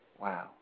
Wow